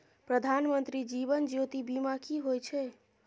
प्रधानमंत्री जीवन ज्योती बीमा की होय छै?